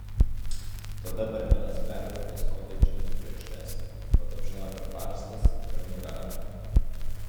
tada barmenas perbraukė skotui džinsų klešnes patapšnojo per pažastis ir nugarą